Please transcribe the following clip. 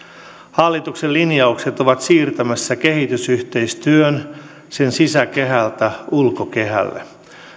hallituksen linjaukset ovat siirtämässä kehitysyhteistyön sen sisäkehältä ulkokehälle